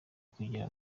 kugera